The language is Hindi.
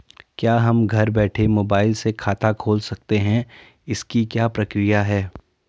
क्या हम घर बैठे मोबाइल से खाता खोल सकते हैं इसकी क्या प्रक्रिया है?